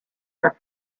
her